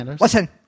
Listen